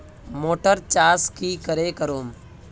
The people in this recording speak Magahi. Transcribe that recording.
मोटर चास की करे करूम?